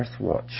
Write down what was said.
Earthwatch